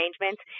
arrangements